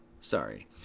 sorry